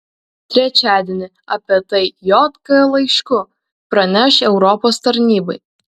trečiadienį apie tai jk laišku praneš europos tarybai